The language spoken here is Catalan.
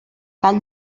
cal